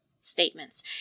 statements